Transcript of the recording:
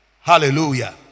Hallelujah